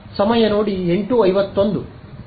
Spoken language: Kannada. ಸಮಯ ನೋಡಿ 0851 ವೃತ್ತ ವಾಗಿ